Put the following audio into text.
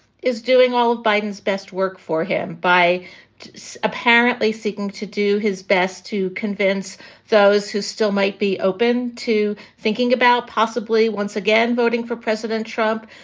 is doing all of biden's best work for him by so apparently seeking to do his best to convince those who still might be open to thinking about possibly once again voting for president trump,